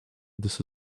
this